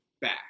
back